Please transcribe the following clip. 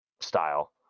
style